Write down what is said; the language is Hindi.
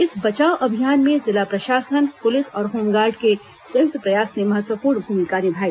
इस बचाव अभियान में जिला प्रशासन पुलिस और होमगार्ड के संयुक्त प्रयास ने महत्वपूर्ण भूमिका निभाई